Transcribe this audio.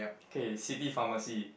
K city pharmacy